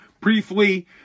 briefly